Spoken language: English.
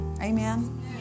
Amen